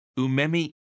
umemi